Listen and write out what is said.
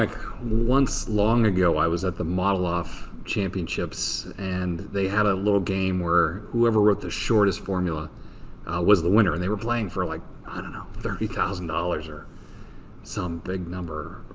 like once, long ago, i was at the model off championships. and they had a little game where whoever wrote the shortest formula was the winner. and they were playing for like ah and and thirty thousand dollars or some big number.